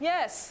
Yes